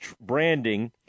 branding